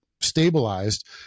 stabilized